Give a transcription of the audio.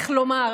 איך לומר,